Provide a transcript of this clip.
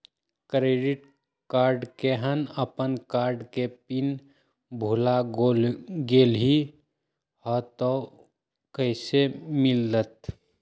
Credit card केहन अपन card के पिन भुला गेलि ह त उ कईसे मिलत?